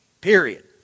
Period